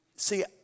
See